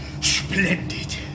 Splendid